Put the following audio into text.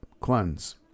cleanse